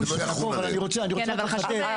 יודע.